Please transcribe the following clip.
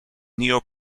neo